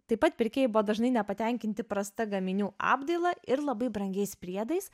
taip pat pirkėjai buvo dažnai nepatenkinti prasta gaminių apdaila ir labai brangiais priedais